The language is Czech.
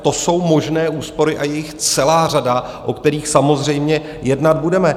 To jsou možné úspory, a je jich celá řada, o kterých samozřejmě jednat budeme.